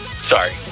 Sorry